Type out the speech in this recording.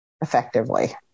effectively